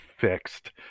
fixed